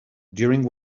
during